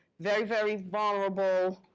very, very vulnerable.